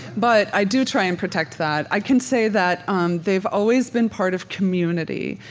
but i do try and protect that. i can say that um they've always been part of community,